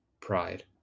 pride